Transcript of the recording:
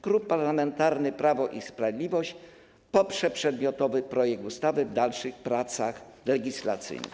Klub Parlamentarny Prawo i Sprawiedliwość poprze przedmiotowy projekt ustawy w dalszych pracach legislacyjnych.